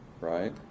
right